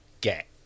get